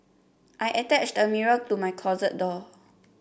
I attached a mirror to my closet door